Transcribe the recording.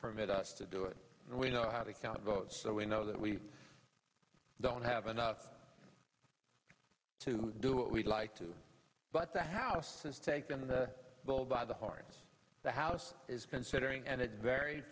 permit us to do it we know how to count votes so we know that we don't have enough to do what we'd like to but the house has taken the bull by the horns the house is considering and it